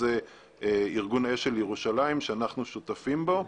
ארגון אשל ירושלים שאנחנו שותפים בו,